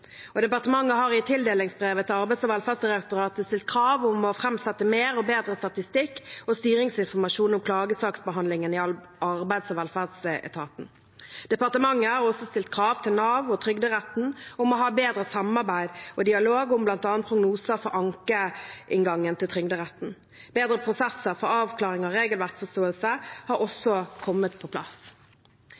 Departementet har i tildelingsbrevet til Arbeids- og velferdsdirektoratet stilt krav om å framskaffe mer og bedre statistikk og styringsinformasjon om klagesaksbehandlingen i arbeids- og velferdsetaten. Departementet har også stilt krav til Nav og Trygderetten om å ha bedre samarbeid og dialog om bl.a. prognoser for ankeinngangen til Trygderetten. Bedre prosesser for avklaring av regelverksforståelse har også kommet på plass.